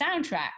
soundtrack